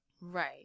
Right